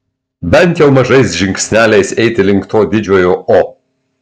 bent jau mažais žingsneliais eiti link to didžiojo o